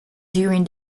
during